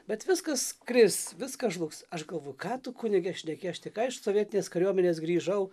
bet viskas kris viskas žlugs aš galvoju ką tu kunige šneki aš tik ką iš sovietinės kariuomenės grįžau